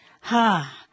Ha